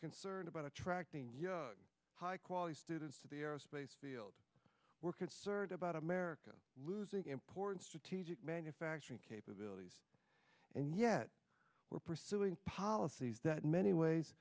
concerned about attracting high quality students to the aerospace field we're concerned about america losing important strategic manufacturing capabilities and yet we're pursuing policies that many ways